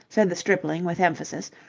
said the stripling with emphasis.